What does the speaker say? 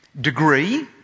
degree